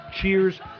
Cheers